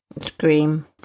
Scream